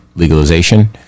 legalization